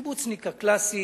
הקיבוצניק הקלאסי